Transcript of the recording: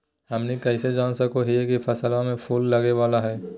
हमनी कइसे जान सको हीयइ की फसलबा में फूल लगे वाला हइ?